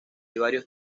varios